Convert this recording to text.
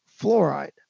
fluoride